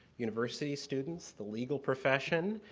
university students, the legal profession,